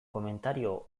komentario